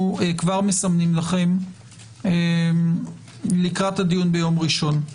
כבר מסמנים לכם לקראת הדיון ביום ראשון.